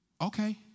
Okay